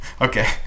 Okay